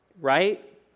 Right